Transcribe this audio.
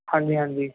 ਹਾਂਜੀ ਹਾਂਜੀ